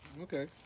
Okay